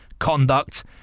Conduct